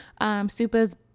Supa's